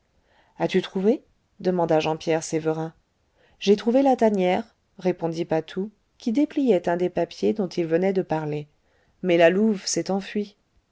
as-tu trouvé demanda jean pierre sévérin j'ai trouvé la tanière répondit patou qui dépliait un des papiers dont il venait de parler mais la louve s'est enfuie